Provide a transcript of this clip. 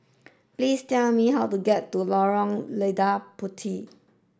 please tell me how to get to Lorong Lada Puteh